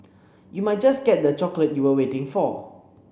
you might just get the chocolate you were waiting for